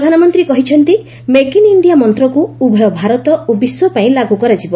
ପ୍ରଧାନମନ୍ତ୍ରୀ କହିଛନ୍ତି make in India ମନ୍ତକୁ ଉଭୟ ଭାରତ ଓ ବିଶ୍ୱ ପାଇଁ ଲାଗ୍ର କରାଯିବ